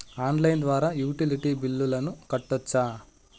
Online ద్వారా utility బిల్లులను కట్టొచ్చా?